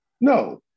No